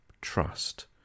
trust